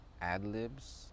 ad-libs